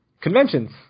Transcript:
conventions